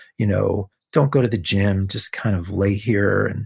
you know, don't go to the gym. just kind of lay here. and